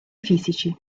fisici